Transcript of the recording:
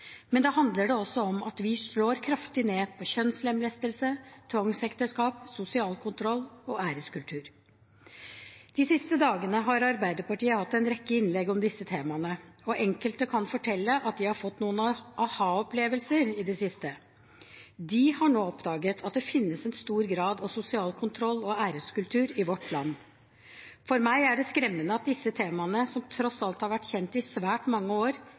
Men da handler det også om at vi slår kraftig ned på kjønnslemlestelse, tvangsekteskap, sosial kontroll og æreskultur. De siste dagene har Arbeiderpartiet hatt en rekke innlegg om disse temaene, og enkelte kan fortelle at de har fått noen aha-opplevelser i det siste. De har nå oppdaget at det finnes en stor grad av sosial kontroll og æreskultur i vårt land. For meg er det skremmende at disse temaene, som tross alt har vært kjent i svært mange år,